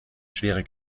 schwere